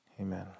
Amen